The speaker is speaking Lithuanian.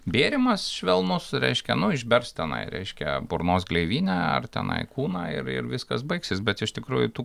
bėrimas švelnus reiškia nu išbers tenai reiškia burnos gleivinę ar tenai kūną ir ir viskas baigsis bet iš tikrųjų tų